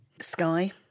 Sky